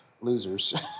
losers